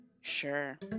sure